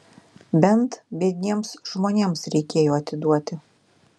bent biedniems žmonėms reikėjo atiduoti